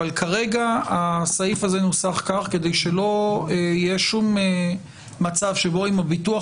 כרגע הסעיף הזה נוסח כך כדי שלא יהיה שום מצב שבו אם הביטוח